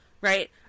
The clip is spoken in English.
Right